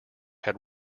had